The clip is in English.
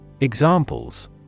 Examples